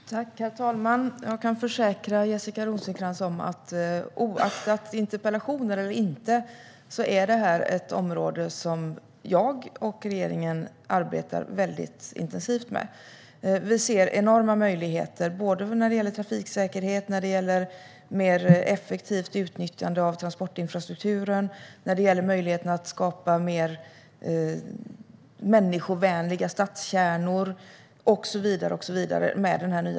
Herr talman! Jag kan försäkra Jessica Rosencrantz om att detta är ett område som jag och regeringen arbetar väldigt intensivt med, oavsett om det ställs interpellationer om det eller inte. Vi ser enorma möjligheter med den här nya tekniken när det gäller trafiksäkerhet, effektivare utnyttjande av transportinfrastrukturen, möjligheter att skapa mer människovänliga stadskärnor och så vidare.